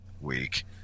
week